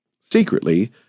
Secretly